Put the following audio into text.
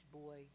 boy